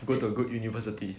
go to a good university